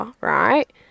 right